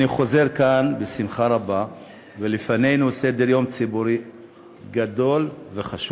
אני חוזר לכאן בשמחה רבה ולפנינו סדר-יום ציבורי גדול וחשוב.